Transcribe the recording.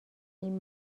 این